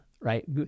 right